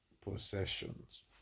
possessions